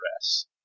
address